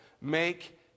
make